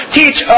teach